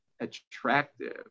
attractive